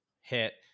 hit